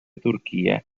turquía